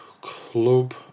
Club